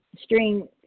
string